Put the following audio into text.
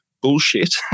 bullshit